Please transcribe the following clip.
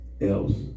else